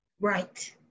Right